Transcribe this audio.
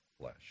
flesh